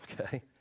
Okay